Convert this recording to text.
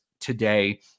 today